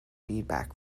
feedback